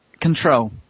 Control